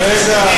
רגע,